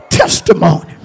testimony